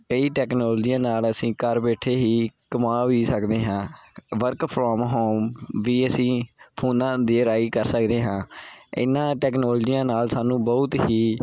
ਕਈ ਟੈਕਨੋਲਜੀਆਂ ਨਾਲ ਅਸੀਂ ਘਰ ਬੈਠੇ ਹੀ ਕਮਾ ਵੀ ਸਕਦੇ ਹਾਂ ਵਰਕ ਫਰੋਮ ਹੋਮ ਵੀ ਅਸੀਂ ਫੋਨਾਂ ਦੇ ਰਾਹੀਂ ਕਰ ਸਕਦੇ ਹਾਂ ਇਹਨਾਂ ਟੈਕਨੋਲਜੀਆਂ ਨਾਲ ਸਾਨੂੰ ਬਹੁਤ ਹੀ